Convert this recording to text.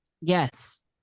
Yes